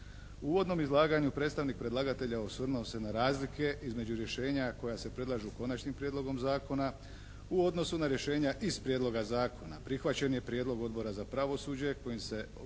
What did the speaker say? uvodnom izlaganju predstavnik predlagatelja osvrnuo se na razlike između rješenja koja se predlažu Konačnim prijedlogom zakona u odnosu na rješenja iz prijedloga zakona. Prihvaćen je prijedlog Odbora za pravosuđe kojim se obvezuje